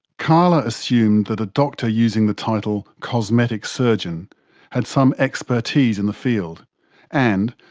carla assumed that a doctor using the title cosmetic surgeon had some expertise in the field and,